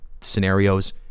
scenarios